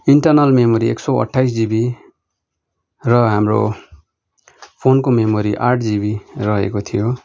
internal memory एक सय अठाइस जिबी र हाम्रो फोनको मेमोरी आठ जिबी रहेको थियो